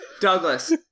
Douglas